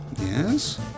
Yes